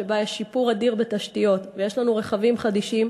שבה יש שיפור אדיר בתשתיות ויש לנו רכבים חדישים,